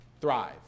thrive